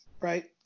right